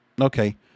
Okay